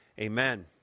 Amen